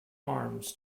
arms